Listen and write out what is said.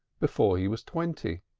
before he was twenty.